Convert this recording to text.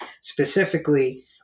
specifically